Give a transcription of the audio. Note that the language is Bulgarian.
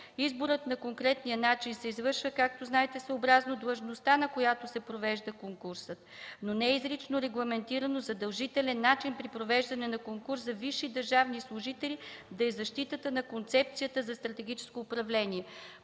Изборът на конкретния начин се извършва, както знаете, съобразно длъжността, за която се провежда конкурсът, но не е изрично регламентиран задължителен начин при провеждане на конкурс за висши държавни служители да е защитата на концепцията за стратегическо управление.